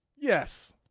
Yes